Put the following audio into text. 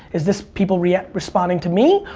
is this people yeah responding to me,